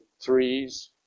threes